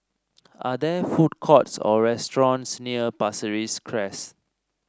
are there food courts or restaurants near Pasir Ris Crest